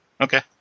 Okay